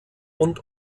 und